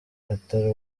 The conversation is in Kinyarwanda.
atari